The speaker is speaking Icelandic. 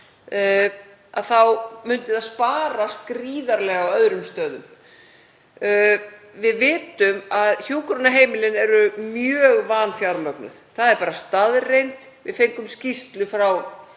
tagi, myndi sparast gríðarlega á öðrum stöðum. Við vitum að hjúkrunarheimilin eru mjög vanfjármögnuð. Það er bara staðreynd. Við fengum skýrslu frá